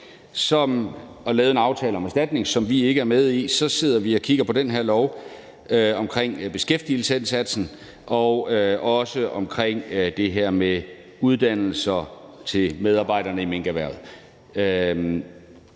har lavet en aftale om erstatning, som vi ikke er med i, og nu sidder vi så og kigger på den her lov omkring beskæftigelsesindsatsen og også det her med uddannelse til medarbejderne i minkerhvervet,